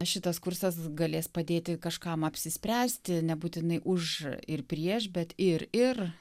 šitas kursas galės padėti kažkam apsispręsti nebūtinai už ir prieš bet ir ir